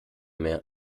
mehr